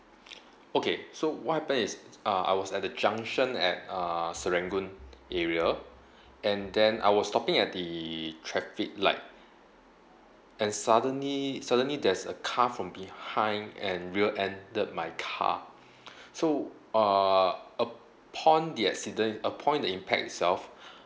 okay so what happened is uh I was at the junction at uh serangoon area and then I was stopping at the traffic light and suddenly suddenly there's a car from behind and rear ended my car so uh upon the accident upon the impact itself